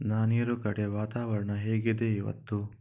ನಾನಿರೋ ಕಡೆ ವಾತಾವರಣ ಹೇಗಿದೆ ಇವತ್ತು